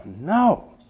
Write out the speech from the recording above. no